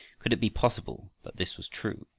could it be possible that this was true?